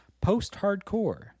post-hardcore